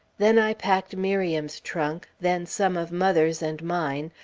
then i packed miriam's trunk, then some of mother's and mine,